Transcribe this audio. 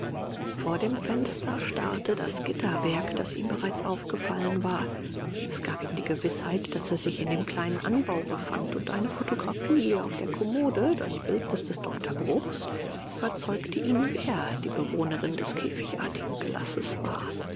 vor dem fenster starrte das gitterwerk das ihm bereits aufgefallen war es gab ihm die gewißheit daß er sich in dem kleinen anbau befand und eine fotografie auf der kommode das bildnis des dr bruchs überzeugte ihn wer die bewohnerin des käfigartigen gelasses war